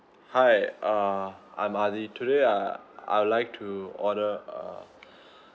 hi uh I'm ady today uh I would like to order a